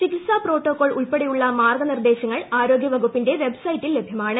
ചികിത്സാ പ്രോട്ടോകോൾ ഉൾപ്പെടെയുള്ള മാർഗ നിർദേശങ്ങൾ ആരോഗ്യ വകുപ്പിന്റെ വെബ് സൈറ്റിൽ ലഭ്യമാണ്